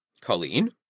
Colleen